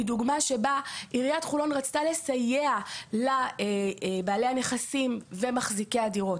היא דוגמה שבה עיריית חולון רצתה לסייע לבעלי הנכסים ומחזיקי הדירות,